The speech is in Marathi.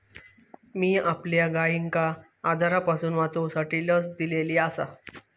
मी आपल्या गायिंका आजारांपासून वाचवूसाठी लस दिलेली आसा